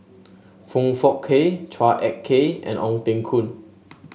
Foong Fook Kay Chua Ek Kay and Ong Teng Koon